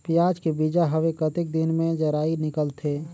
पियाज के बीजा हवे कतेक दिन मे जराई निकलथे?